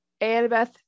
Annabeth